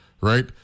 right